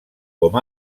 com